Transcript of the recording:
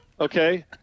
Okay